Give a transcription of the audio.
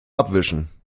abwischen